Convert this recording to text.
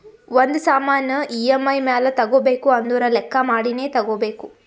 ಒಂದ್ ಸಾಮಾನ್ ಇ.ಎಮ್.ಐ ಮ್ಯಾಲ ತಗೋಬೇಕು ಅಂದುರ್ ಲೆಕ್ಕಾ ಮಾಡಿನೇ ತಗೋಬೇಕು